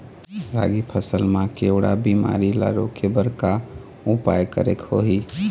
रागी फसल मा केवड़ा बीमारी ला रोके बर का उपाय करेक होही?